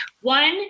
One